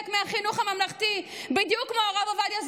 מהחינוך הממלכתי בדיוק כמו הרב עובדיה,